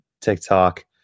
TikTok